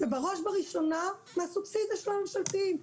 ובראש ובראשונה מהסובסידיה של הממשלתיים.